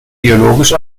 geologisch